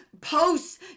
posts